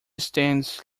stands